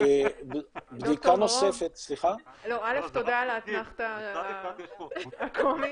תודה על האתנחתא הקומית,